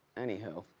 anywho.